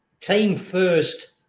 team-first